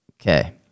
Okay